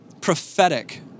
prophetic